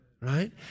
Right